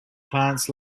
plants